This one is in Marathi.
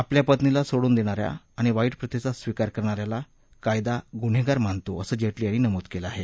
आपल्या पत्नीला सोडून देणाऱ्या आणि वाईट प्रथेचा स्वीकार करणाऱ्याला कायदा गुन्हेगार मानतो असंही जेटली यांनी नमूद केलं आहे